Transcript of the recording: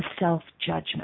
self-judgment